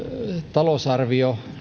talousarvion